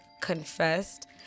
confessed